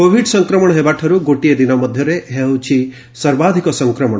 Covid ସଂକ୍ରମଣ ହେବାଠାରୂ ଗୋଟିଏ ଦିନ ମଧ୍ୟରେ ଏହା ହେଉଛି ସର୍ବାଧିକ ସଂକ୍ମଣ